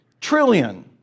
trillion